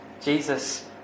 Jesus